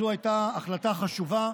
זו הייתה החלטה חשובה,